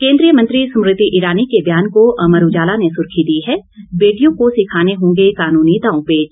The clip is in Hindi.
केंद्रीय मंत्री स्मृति ईरानी के बयान को अमर उजाला ने सुर्खी दी है बेटियों को सीखाने होंगे कानूनी दांवपेच